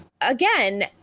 again